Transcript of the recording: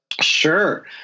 Sure